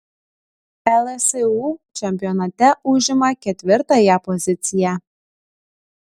lsu čempionate užima ketvirtąją poziciją